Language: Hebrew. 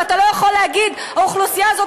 ואתה לא יכול להגיד: האוכלוסייה הזאת